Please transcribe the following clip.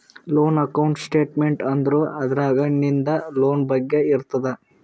loan account statement ಅಂದುರ್ ಅದ್ರಾಗ್ ನಿಂದ್ ಲೋನ್ ಬಗ್ಗೆ ಇರ್ತುದ್